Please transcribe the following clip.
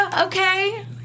okay